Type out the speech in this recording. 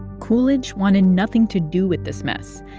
coolidge wanted nothing to do with this mess.